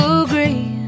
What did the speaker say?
agree